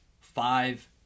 five